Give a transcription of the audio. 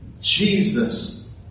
Jesus